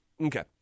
Okay